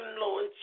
Lord